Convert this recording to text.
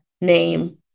name